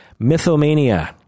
mythomania